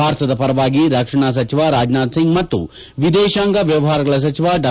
ಭಾರತದ ಪರವಾಗಿ ರಕ್ಷಣಾ ಸಚಿವ ರಾಜನಾಥ್ ಸಿಂಗ್ ಮತ್ತು ವಿದೇಶಾಂಗ ವ್ಯವಹಾರಗಳ ಸಚಿವ ಡಾ